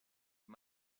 you